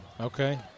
Okay